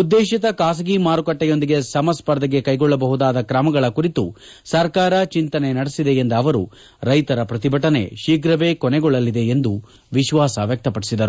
ಉದ್ದೇತಿತ ಖಾಸಗಿ ಮಾರುಕಟ್ಟೆಯೊಂದಿಗೆ ಸಮಸ್ಪರ್ಧೆಗೆ ಕೈಗೊಳ್ಳಬಹುದಾದ ಕ್ರಮಗಳ ಕುರಿತು ಸರ್ಕಾರ ಚಿಂತನೆ ನಡೆಸಿದೆ ಎಂದ ಅವರು ರೈತರ ಪ್ರತಿಭಟನೆ ಶೀಘ್ರವೇ ಕೊನೆಗೊಳ್ಳಲಿದೆ ಎಂದು ವಿಶ್ಲಾಸ ವ್ಯಕ್ತಪಡಿಸಿದರು